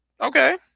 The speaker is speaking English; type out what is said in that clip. okay